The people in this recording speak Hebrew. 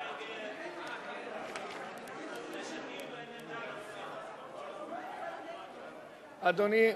אדוני,